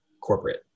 corporate